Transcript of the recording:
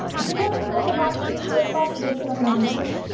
jigar spoke about using third party virtual appliances.